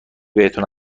بهتون